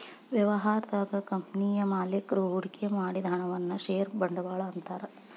ವ್ಯವಹಾರದಾಗ ಕಂಪನಿಯ ಮಾಲೇಕರು ಹೂಡಿಕೆ ಮಾಡಿದ ಹಣವನ್ನ ಷೇರ ಬಂಡವಾಳ ಅಂತಾರ